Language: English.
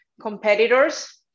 competitors